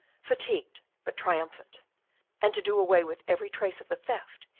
fatigued but triumphant and, to do away with every trace of the theft,